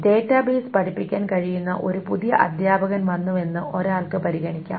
database പഠിപ്പിക്കാൻ കഴിയുന്ന ഒരു പുതിയ അധ്യാപകൻ വന്നുവെന്ന് ഒരാൾക്ക് പരിഗണിക്കാം